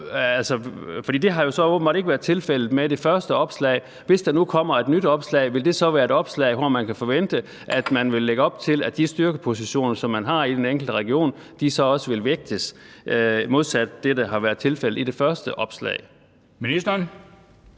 det har jo så åbenbart ikke været tilfældet ved det første opslag. Hvis der nu kommer et nyt opslag, vil det så være et opslag, hvor man kan forvente, at man vil lægge op til, at de styrkepositioner, som man har i den enkelte region, så også vil blive vægtet – modsat det, der har været tilfældet ved det første opslag? Kl.